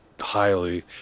highly